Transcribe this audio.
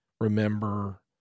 remember